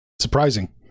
Surprising